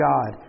God